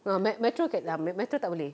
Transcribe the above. ah Met~ Metro okay lah Met~ Metro tak boleh